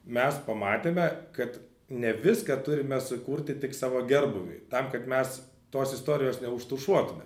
mes pamatėme kad ne viską turime sukurti tik savo gerbūviui tam kad mes tos istorijos neužtušuotume